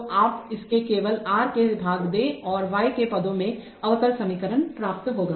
तो आप इसे केवल R से भाग दें और आपको y के पदों में अवकल समीकरण प्राप्त होगा